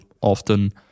often